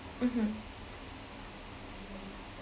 mmhmm